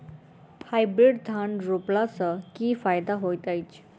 Hybrid धान रोपला सँ की फायदा होइत अछि?